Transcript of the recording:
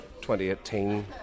2018